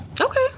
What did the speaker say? Okay